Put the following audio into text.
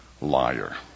liar